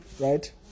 Right